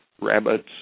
rabbits